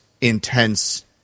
intense